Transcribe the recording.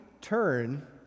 turn